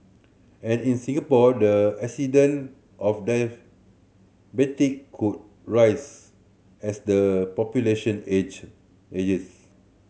and in Singapore the of could rise as the population age ages